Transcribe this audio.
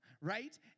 right